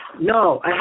No